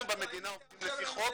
אנחנו במדינה עובדים לפי חוק,